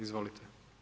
Izvolite.